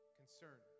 concern